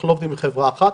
אנחנו לא עובדים עם חברה אחת,